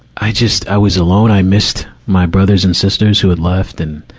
i just, i was alone. i missed my brothers and sisters who had left. and,